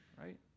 right